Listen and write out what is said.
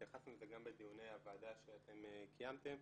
התייחסנו לזה גם בדיוני הוועדה שאתם קיימתם.